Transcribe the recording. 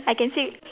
I can still